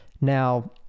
now